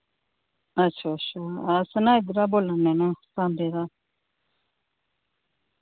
अच्छा अच्छा अस ना इद्धर दा बोल्ला दे न सांबै दा